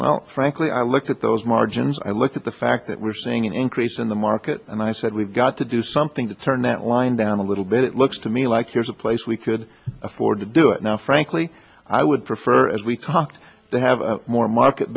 well frankly i look at those margins i look at the fact that we're seeing an increase in the market and i said we've got to do something to turn that line down a little bit it looks to me like here's a place we could afford to do it now frankly i would prefer as we cocked to have a more market